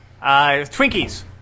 Twinkies